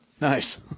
Nice